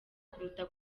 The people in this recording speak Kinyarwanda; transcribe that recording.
kuruta